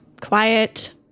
quiet